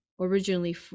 originally